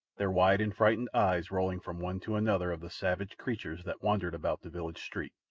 their wide and frightened eyes rolling from one to another of the savage creatures that wandered about the village street.